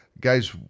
guys